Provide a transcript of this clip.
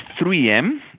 3M